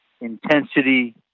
intensity